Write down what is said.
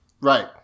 Right